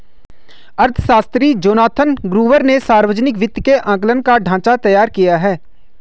अर्थशास्त्री Jonathan Gruber ने सावर्जनिक वित्त के आंकलन का ढाँचा तैयार किया है